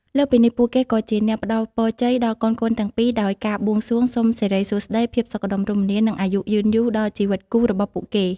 លើសពីនេះ ពួកគេក៏ជាអ្នក ផ្ដល់ពរជ័យ ដល់កូនៗទាំងពីរ ដោយការបួងសួងសុំសិរីសួស្ដី ភាពសុខដុមរមនា និងអាយុយឺនយូរដល់ជីវិតគូរបស់ពួកគេ។